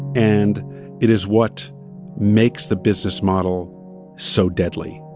and it is what makes the business model so deadly.